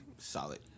Solid